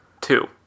Two